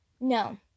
No